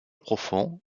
profond